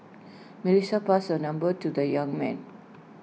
Melissa passed her number to the young man